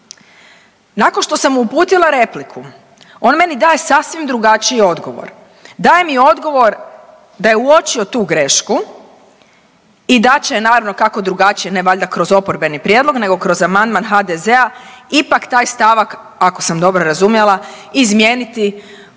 Nakon što sam mu uputila repliku on meni daje sasvim drugačiji odgovor, daje mi odgovor da je uočio tu grešku i da će naravno kako drugačije ne valjda kroz oporbeni prijedlog nego kroz amandman HDZ-a ipak taj stavak ako sam dobro razumjela izmijeniti u konačnom